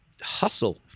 hustle